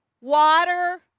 water